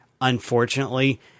Unfortunately